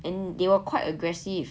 and they were quite aggressive